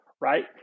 right